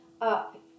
up